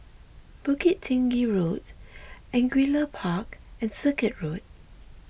Bukit Tinggi Road Angullia Park and Circuit Road